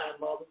mother